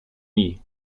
nie